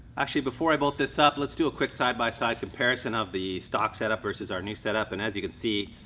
actually, before i bolt this up, let's do a quick side-by-side comparison of the stock setup versus our new setup. and as you can see,